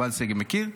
מכיר?